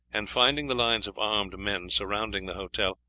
and, finding the lines of armed men surrounding the hotel,